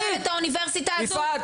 -- כמו שהוא ביטל את האוניברסיטה הזאת,